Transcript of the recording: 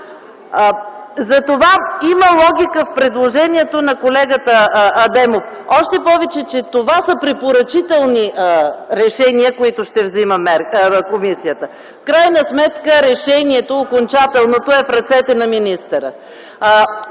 Затова има логика в предложението на колегата Адемов. Още повече, че това са препоръчителни решения, които ще взима комисията. В крайна сметка, окончателното решение е в ръцете на министъра.